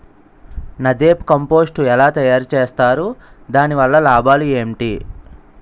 NADEP compost ఎలా తయారు చేస్తారు? దాని వల్ల లాభాలు ఏంటి?